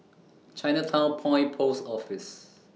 Chinatown Point Post Office